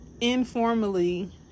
informally